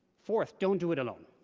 fourth don't do it alone.